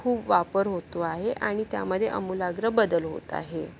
खूप वापर होतो आहे आणि त्यामध्ये आमूलाग्र बदल होत आहे